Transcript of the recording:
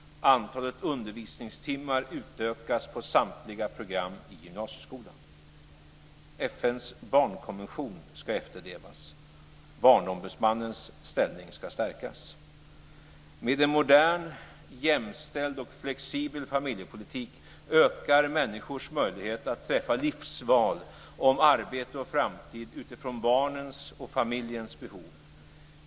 Antalet undervisningstimmar utökas på samtliga program i gymnasieskolan. FN:s barnkonvention ska efterlevas. Barnombudsmannens ställning ska stärkas. Med en modern, jämställd och flexibel familjepolitik ökar människors möjlighet att träffa livsval om arbete och framtid utifrån barnens och familjens behov.